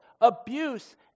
abuse